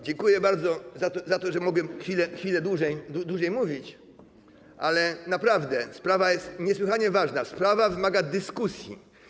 Dziękuję bardzo za to, że mogłem chwilę dłużej mówić, ale naprawdę sprawa jest niesłychanie ważna, sprawa wymaga dyskusji.